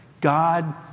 God